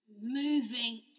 Moving